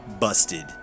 busted